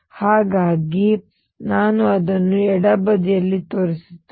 ಹಾಗಾಗಿ ನಾನು ಅದನ್ನು ಎಡಬದಿಯಲ್ಲಿ ತೋರಿಸುತ್ತೇನೆ